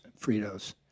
Fritos